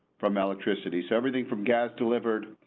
from electricity, so everything from gas delivered.